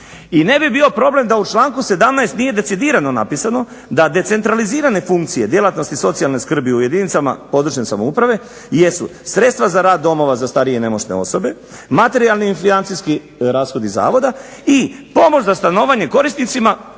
I ne bi bio problem da u članku 17. nije decidirano napisano da decentralizirane funkcije djelatnosti socijalne skrbi u jedinicama područne samouprave jesu sredstva za rad domova za starije i nemoćne osobe, materijalni …/Govornik se ne razumije./… rashodi zavoda, i pomoć za stanovanje korisnicima koji